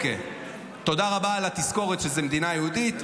תודה רבה על התזכורת שזו מדינה יהודית,